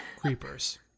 creepers